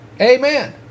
Amen